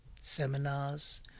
seminars